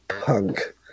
punk